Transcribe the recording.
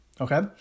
Okay